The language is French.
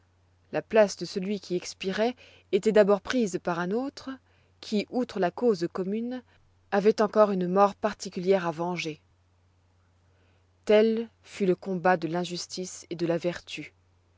la place de celui qui expiroit étoit d'abord prise par un autre qui outre la cause commune avoit encore une mort particulière à venger tel fut le combat de l'injustice et de la vertu